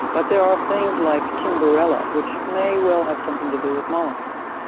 but there are things like kimberella, which may well have something to do with molluscs,